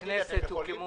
בכם.